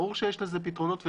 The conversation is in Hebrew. ברור שיש לזה פתרונות,